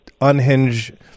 unhinge